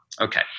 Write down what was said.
okay